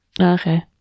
Okay